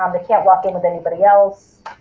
can't walk in with anybody else